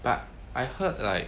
but I heard like